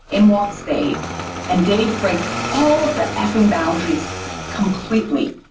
in walks dave and dave breaks all of the effing boundaries completely.